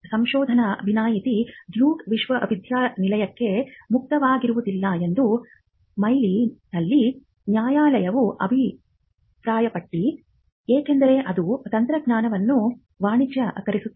ಸಂಶೋಧನಾ ವಿನಾಯಿತಿ ಡ್ಯೂಕ್ ವಿಶ್ವವಿದ್ಯಾನಿಲಯಕ್ಕೆ ಮುಕ್ತವಾಗುವುದಿಲ್ಲ ಎಂದು ಮೇಲ್ಮನವಿ ನ್ಯಾಯಾಲಯವು ಅಭಿಪ್ರಾಯಪಟ್ಟಿದೆ ಏಕೆಂದರೆ ಅದು ತಂತ್ರಜ್ಞಾನವನ್ನು ವಾಣಿಜ್ಯೀಕರಿಸುತ್ತದೆ